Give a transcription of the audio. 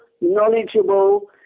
knowledgeable